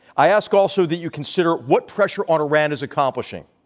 i ask also that you consider what pressure on iran is accomplishing.